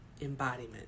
embodiment